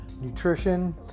nutrition